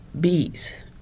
bees